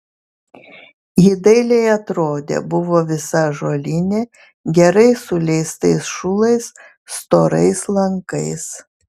ji dailiai atrodė buvo visa ąžuolinė gerai suleistais šulais storais lankais